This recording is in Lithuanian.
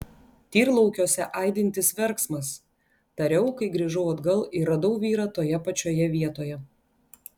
tyrlaukiuose aidintis verksmas tariau kai grįžau atgal ir radau vyrą toje pačioje vietoje